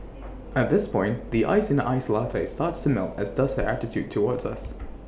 at this point the ice in her iced latte starts to melt as does her attitude towards us